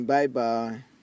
Bye-bye